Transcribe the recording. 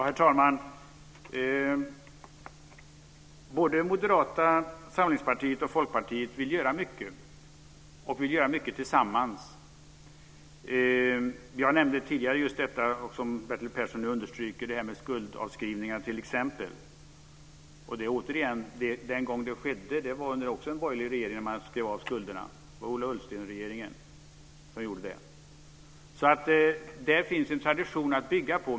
Herr talman! Både Moderata samlingspartiet och Folkpartiet vill göra mycket och vill göra mycket tillsammans. Vi har nämligen tidigare, just som Bertil Persson understryker, genomfört skuldavskrivningar. Den var också under en borgerlig regering man skrev av skulderna. Det var Ola Ullsten-regeringen som gjorde det. Där finns en tradition att bygga på.